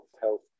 health